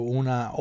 una